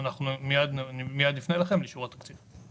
אנחנו מייד נפנה אליכם לאישור התקציב.